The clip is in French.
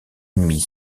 ennemies